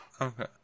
okay